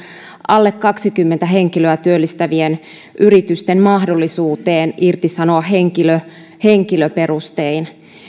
alle kaksikymmentä henkilöä työllistävien yritysten mahdollisuuteen irtisanoa henkilö henkilöperustein